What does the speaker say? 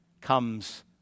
comes